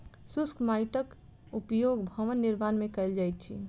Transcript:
शुष्क माइटक उपयोग भवन निर्माण मे कयल जाइत अछि